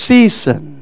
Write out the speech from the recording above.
Season